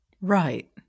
Right